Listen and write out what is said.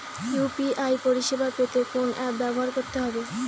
UPI পরিসেবা পেতে কোন অ্যাপ ব্যবহার করতে হবে?